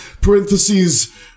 parentheses